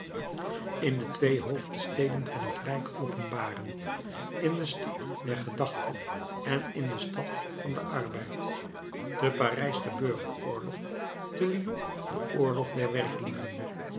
in de twee hoofdsteden van het rijk openbaren in de stad der gedachte en in de stad van den arbeid te parijs de burgeroorlog te lyon de oorlog der